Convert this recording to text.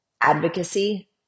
advocacy